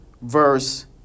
verse